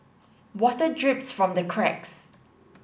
water drips from the cracks